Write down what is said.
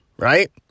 Right